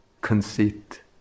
conceit